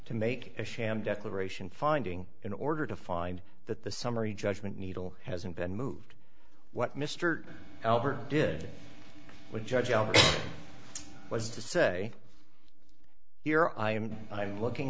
to make a sham declaration finding in order to find that the summary judgment needle hasn't been moved what mr albert did with judge alex was to say here i am i'm looking